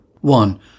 one